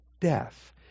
death